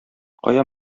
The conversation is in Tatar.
кая